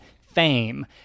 fame